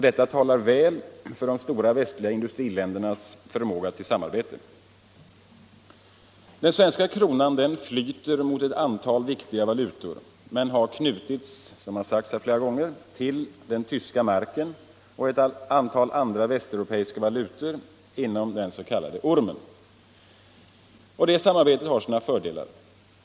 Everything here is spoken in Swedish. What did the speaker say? Detta talar väl för de stora västliga industriländernas förmåga till samarbete. Den svenska kronan flyter mot ett antal viktiga valutor men har, som sagts här flera gånger, knutits till den tyska marken och ett antal andra, västeuropeiska valutor inom den s.k. ormen. Detta samarbete har sina fördelar.